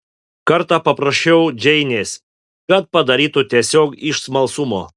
kartą paprašiau džeinės kad padarytų tiesiog iš smalsumo